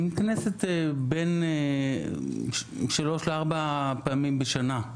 היא מתכנסת בין שלוש לארבע פעמים בשנה.